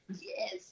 Yes